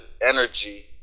energy